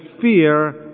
fear